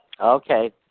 Okay